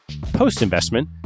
Post-investment